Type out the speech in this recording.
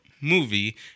movie